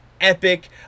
epic